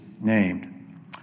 named